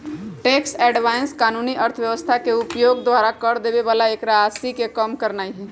tax avoidance कानूनी व्यवस्था के उपयोग द्वारा कर देबे बला के राशि के कम करनाइ हइ